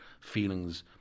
Feelings